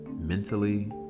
Mentally